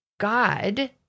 God